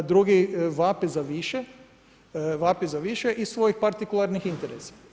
Drugi vapi za više, vapi za više iz svojih partikularnih interesa.